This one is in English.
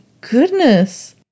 goodness